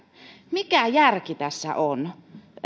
mikä järki tässä on